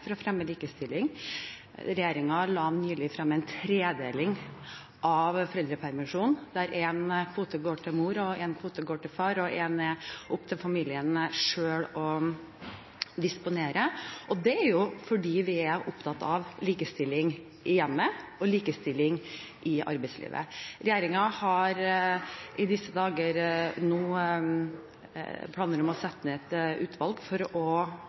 for å fremme likestilling. Regjeringen la nylig frem en tredeling av foreldrepermisjonen – én kvote går til mor, én kvote går til far, og én kvote er det opp til familien selv å disponere. Det er fordi vi er opptatt av likestilling i hjemmet og i arbeidslivet. Regjeringen har i disse dager planer om å sette ned et utvalg som skal se